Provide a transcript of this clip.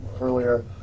earlier